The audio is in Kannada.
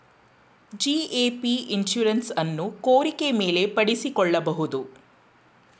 ಜಿ.ಎ.ಪಿ ಇನ್ಶುರೆನ್ಸ್ ಅನ್ನು ಕೋರಿಕೆ ಮೇಲೆ ಪಡಿಸಿಕೊಳ್ಳಬಹುದು